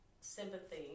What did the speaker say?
sympathy